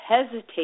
hesitate